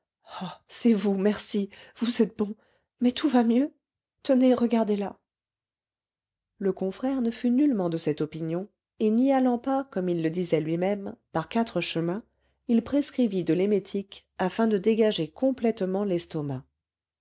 c'est vous merci vous êtes bon mais tout va mieux tenez regardez-la le confrère ne fut nullement de cette opinion et n'y allant pas comme il le disait lui-même par quatre chemins il prescrivit de l'émétique afin de dégager complètement l'estomac